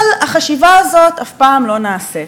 אבל החשיבה הזאת אף פעם לא נעשית.